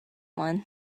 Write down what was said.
one